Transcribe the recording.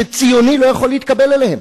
שציוני לא יכול להתקבל אליהן,